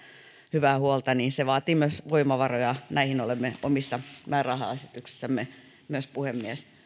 hyvää huolta vaatii myös voimavaroja näihin olemme omissa määrärahaesityksissämme myös puhemies